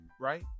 right